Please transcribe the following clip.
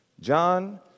John